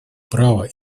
права